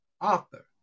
author